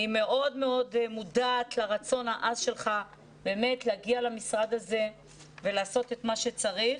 אני מאוד מאוד מודעת לרצון העז שלך להגיע למשרד הזה ולעשות את מה שצריך.